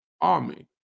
army